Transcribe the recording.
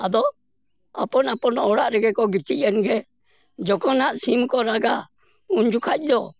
ᱟᱫᱚ ᱟᱯᱚᱱ ᱟᱯᱚᱱ ᱚᱲᱟᱜ ᱨᱮᱜᱮ ᱠᱚ ᱜᱤᱛᱤᱡ ᱮᱱᱜᱮ ᱡᱚᱠᱷᱚᱱ ᱦᱟᱸᱜ ᱥᱤᱢ ᱠᱚ ᱨᱟᱜᱟ ᱩᱱᱡᱚᱠᱷᱟᱡ ᱫᱚ